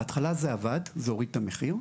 בהתחלה זה עבד, זה הוריד את המחיר,